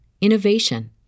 innovation